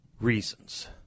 reasons